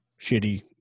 shitty